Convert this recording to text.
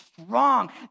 strong